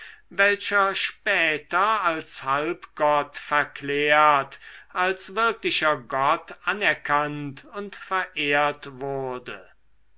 welcher später als halbgott verklärt als wirklicher gott anerkannt und verehrt wurde